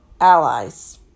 allies